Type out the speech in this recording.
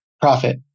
profit